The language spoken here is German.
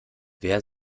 wer